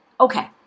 Okay